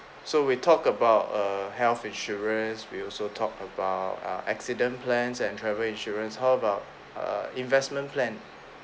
so we talked about err health insurance we also talk about uh accident plans and travel insurance how about uh investment plan